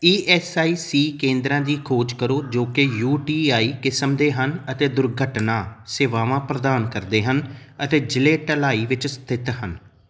E S I C ਕੇਂਦਰਾਂ ਦੀ ਖੋਜ ਕਰੋ ਜੋ ਕਿ ਯੂ ਟੀ ਆਈ ਕਿਸਮ ਦੇ ਹਨ ਅਤੇ ਦੁਰਘਟਨਾ ਸੇਵਾਵਾਂ ਪ੍ਰਦਾਨ ਕਰਦੇ ਹਨ ਅਤੇ ਜ਼ਿਲ੍ਹੇ ਢਲਾਈ ਵਿੱਚ ਸਥਿਤ ਹਨ